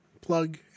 Plug